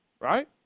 right